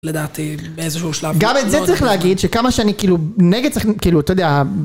לדעתי באיזשהו שלב.... גם את זה צריך להגיד, שכמה שאני כאילו, נגד, צריך, כאילו, אתה יודע...